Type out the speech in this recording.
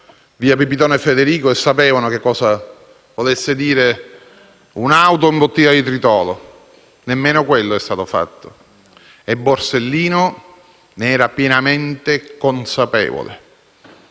Pipitone e sapevano cosa volesse dire un'auto imbottita di tritolo. Nemmeno quello è stato fatto e Borsellino ne era pienamente consapevole.